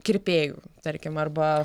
kirpėju tarkim arba